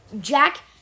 Jack